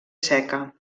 seca